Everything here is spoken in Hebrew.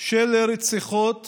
של רציחות